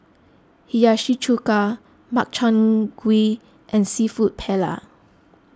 Hiyashi Chuka Makchang Gui and Seafood Paella